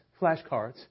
flashcards